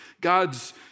God's